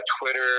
twitter